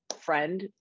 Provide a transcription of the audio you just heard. friend